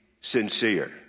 sincere